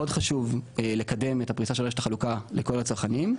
מאוד חשוב לקדם את הפריסה שלרשת החלוקה לכל הצרכנים,